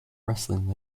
wrestling